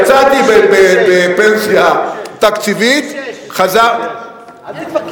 יצאתי בפנסיה תקציבית, חזרתי,